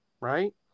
right